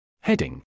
Heading